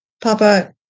Papa